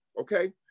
Okay